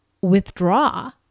withdraw